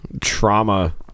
trauma